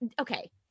okay